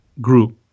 group